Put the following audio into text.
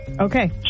Okay